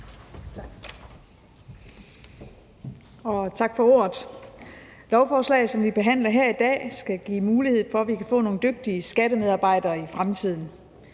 Tak for ordet. Lovforslaget, som vi behandler her i dag, skal give mulighed for, at vi kan få nogle dygtige skattemedarbejdere i fremtiden.